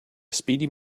speedy